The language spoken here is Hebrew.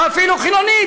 או אפילו חילונית,